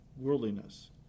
worldliness